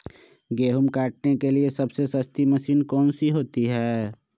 गेंहू काटने के लिए सबसे सस्ती मशीन कौन सी होती है?